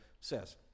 says